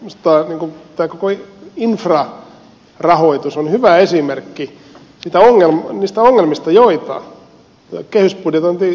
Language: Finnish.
silloin minusta koko tämä infrarahoitus on hyvä esimerkki niistä ongelmista joita kehysbudjetointi synnyttää